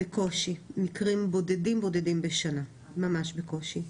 בקושי, מקרים בודדים בשנה, ממש בקושי.